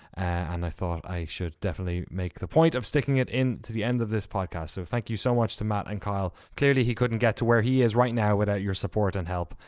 and i thought i should definitely make the point of sticking it into the end of the podcast. so thank you so much to matt and kyle. clearly he couldn't get to where he is right now without your support and help,